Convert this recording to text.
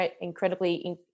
incredibly